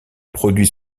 produits